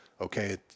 Okay